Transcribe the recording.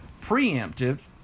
preemptive